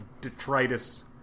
detritus